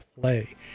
play